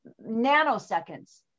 nanoseconds